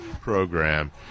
program